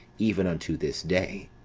even unto this day.